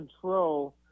control